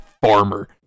farmer